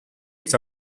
its